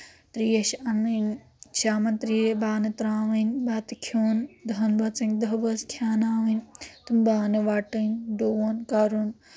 ترٛیش چھِ اَنٕنۍ شامَن ترٛی بانہٕ ترٛاوٕنۍ بَتہٕ کھیوٚن دٔہَن بٲژَن دٔہ بٲژ کھیناوٕنۍ تِم بانہٕ وٹٕنۍ ڈٔوُن کَرُن